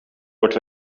wordt